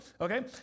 Okay